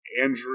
Andrew